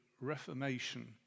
reformation